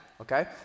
okay